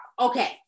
Okay